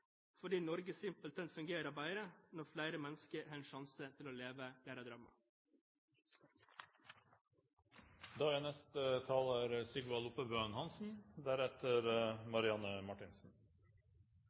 fordi Norge simpelthen fungerer bedre når flere mennesker har en sjanse til å leve sine drømmer. I dag er